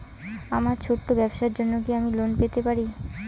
আমার ছোট্ট ব্যাবসার জন্য কি আমি লোন পেতে পারি?